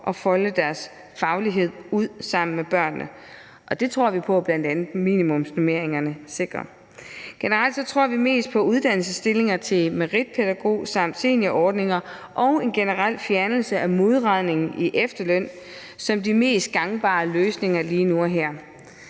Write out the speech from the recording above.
og folde deres faglighed ud sammen med børnene, og det tror vi på at bl.a. minimumsnormeringerne sikrer. Generelt tror vi mest på uddannelsesstillinger til meritpædagog samt seniorordninger og en generel fjernelse af modregningen i efterlønnen som de mest gangbare løsninger lige nu og her.